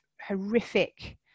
horrific